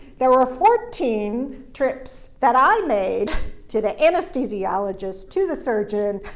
there were fourteen trips that i made to the anesthesiologist, to the surgeon.